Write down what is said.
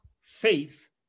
faith